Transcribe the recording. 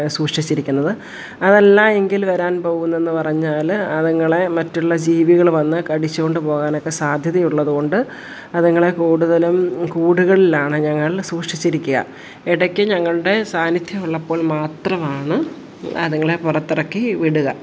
സൂക്ഷിച്ചിരിക്കുന്നത് അതല്ല എങ്കിൽ വരാൻ പോകുന്നതെന്ന് പറഞ്ഞാൽ അതിങ്ങളെ മറ്റുള്ള ജീവികൾ വന്ന് കടിച്ചോണ്ട് പോവാനൊക്കെ സാധ്യത ഉള്ളത്കൊണ്ട് അതിങ്ങളെ കൂടുതലും കൂടുകളിലാണ് ഞങ്ങൾ സൂക്ഷിച്ചിരിക്കുക ഇടക്ക് ഞങ്ങളുടെ സാന്നിധ്യം ഉള്ളപ്പോൾ മാത്രമാണ് അതുങ്ങളെ പുറത്തിറക്കി വിടുക